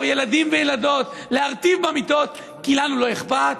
ילדים וילדות להרטיב במיטות כי לנו לא אכפת?